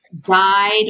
died